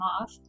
off